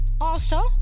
Also